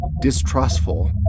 distrustful